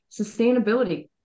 sustainability